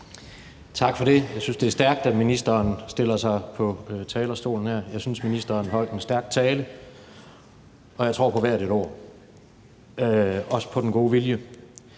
Tak for det. Jeg synes, det er stærkt, at ministeren stiller sig op på talerstolen. Jeg synes, at ministeren holdt en stærk tale, og jeg tror på hvert et ord – også på den gode vilje.